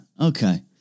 Okay